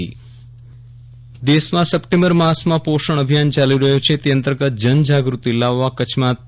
વિરલ રાણા પોષણ ગ્રામસભા દેશમાં સપ્ટેમ્બર માસમાં પોષણ અભિયાન ચાલી રહ્યું છે તે અંતર્ગત જનજાગૃતિ લાવવા કચ્છમાં તા